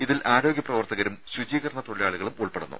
ഇതിൽ ആരോഗ്യ പ്രവർത്തകരും ശുചീകരണ തൊഴിലാളികളും ഉൾപ്പെടുന്നു